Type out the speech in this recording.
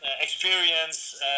Experience